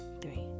three